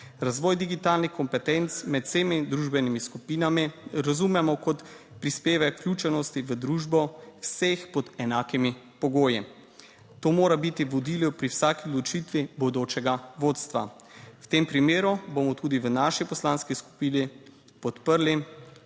Razvoj digitalnih kompetenc med vsemi družbenimi skupinami razumemo kot prispevek k vključenosti v družbo vseh pod enakimi pogoji. To mora biti vodilo pri vsaki odločitvi bodočega vodstva. V tem primeru bomo tudi v naši poslanski skupini podprli